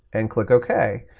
and click ok.